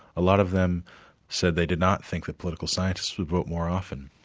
a lot of them said they did not think that political scientists would vote more often.